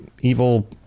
evil